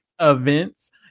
events